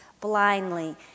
blindly